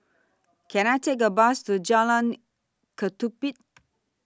Can I Take A Bus to Jalan Ketumbit